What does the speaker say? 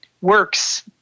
works